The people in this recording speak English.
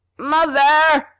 mother,